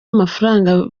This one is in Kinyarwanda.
amafaranga